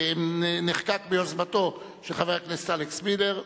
שנחקק ביוזמתו של חבר הכנסת אלכס מילר,